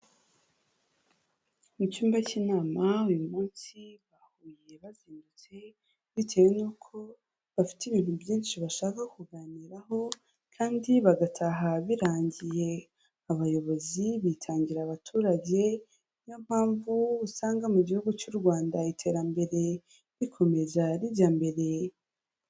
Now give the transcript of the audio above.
Mu cyumba cy'inama uyu munsi bahuye bazindutse, bitewe nuko bafite ibintu byinshi bashaka kuganiraho kandi bagataha birangiye, abayobozi bitangira abaturage niyo mpamvu usanga mu gihugu cy'u Rwanda iterambere rikomeza rijya mbere.